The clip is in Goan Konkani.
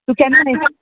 तु केन्ना येता